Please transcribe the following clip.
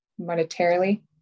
monetarily